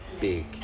big